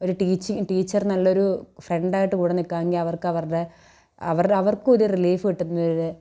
ഒരു teaching teacher നല്ലൊരു ഫ്രണ്ടായിട്ട് കൂടെ നിൽക്കാണെങ്കിൽ അവർക്ക് അവർക്കവരുടെ അവർ അവർക്കൊരു റിലീഫ് കിട്ടും ഇവിടെ